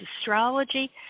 astrology